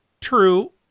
true